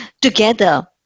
together